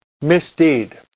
misdeed